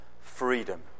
freedom